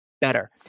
better